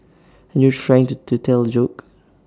and you're trying to to tell A joke